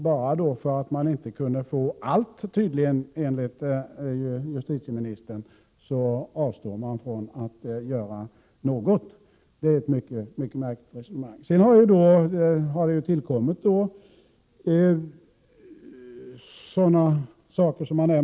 Bara därför att man inte kan få allt avstår man, enligt justitieministern, från att göra någonting alls. Det är, som jag sade, märkligt resonemang.